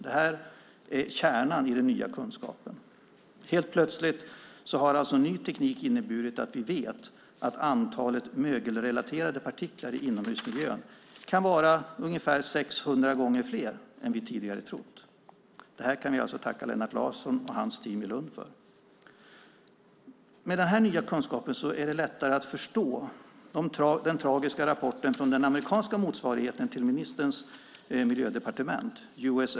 Det här är kärnan i den nya kunskapen. Den nya tekniken innebär helt plötsligt att vi vet att antalet mögelrelaterade partiklar i inomhusmiljön kan vara ungefär 600 gånger fler än vi tidigare trott, och det kan vi alltså tacka Lennart Larsson och hans team i Lund för. Med denna nya kunskap är det lättare att förstå den tragiska rapporten från den amerikanska motsvarigheten till ministerns miljödepartement, U.S.